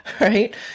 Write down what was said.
Right